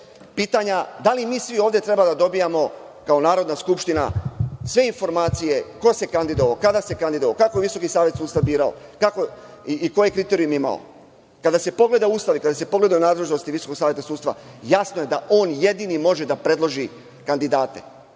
da li mi svi ovde treba da dobijamo, kao Narodna skupština, sve informacije, ko se kandidovao, kada se kandidovao, kako je Visoki savet sudstva birao i koje je kriterijume imao. Kada se pogleda Ustav i kada se pogledaju nadležnosti Visokog saveta sudstva, jasno je da on jedini može da predloži kandidate.